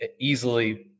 easily